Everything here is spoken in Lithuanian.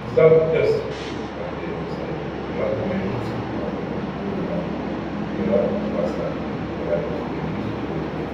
visa būtis kalbėjo jisai yra kūrinys o pirm kūrinio yra dvasia kurią tas kūrinys liudija